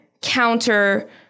counter